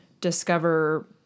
discover